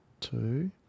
two